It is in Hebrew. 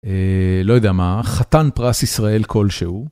לא יודע מה, חתן פרס ישראל כלשהו.